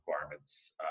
requirements